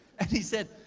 and he said,